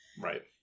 right